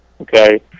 okay